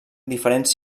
diferents